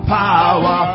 power